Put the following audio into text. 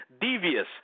Devious